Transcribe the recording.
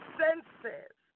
senses